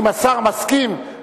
אם השר מסכים,